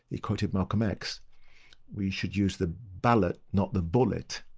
he quoted malcolm x we should use the ballot not the bullet.